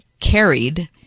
carried